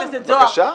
בבקשה.